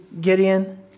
Gideon